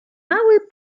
mały